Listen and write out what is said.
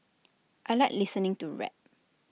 I Like listening to rap